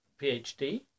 PhD